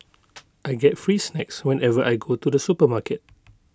I get free snacks whenever I go to the supermarket